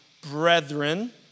brethren